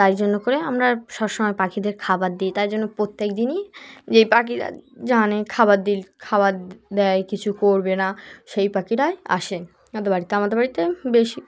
তাই জন্য করে আমরা সবসময় পাখিদের খাবার দিই তাই জন্য প্রত্যেক দিনই যেই পাখিরা জানে খাবার দিল খাবার দেয় কিছু করবে না সেই পাখিরাই আসে আমাদের বাড়িতে আমাদের বাড়িতে বেশি